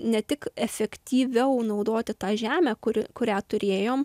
ne tik efektyviau naudoti tą žemę kuri kurią turėjom